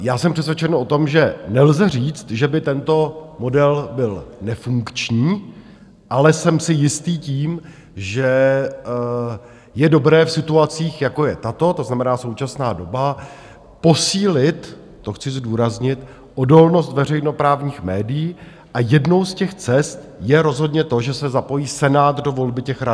Já jsem přesvědčen o tom, že nelze říct, že by tento model byl nefunkční, ale jsem si jistý tím, že je dobré v situacích, jako je tato, to znamená současná doba, posílit to chci zdůraznit odolnost veřejnoprávních médií, a jednou z těch cest je rozhodně to, že se zapojí Senát do volby těch radních.